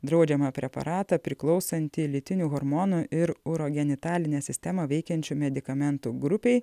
draudžiamą preparatą priklausantį lytinių hormonų ir urogenitalinę sistemą veikiančių medikamentų grupei